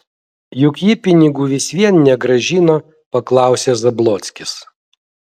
juk ji pinigų vis vien negrąžino paklausė zablockis